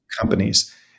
companies